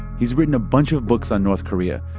he's written a bunch of books on north korea.